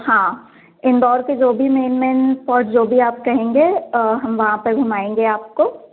हाँ इंदौर के जो भी मेन मेन स्पॉट जो भी आप कहेंगे हम वहाँ पर घूमाएँगे आपको